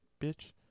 Bitch